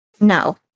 No